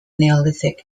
neolithic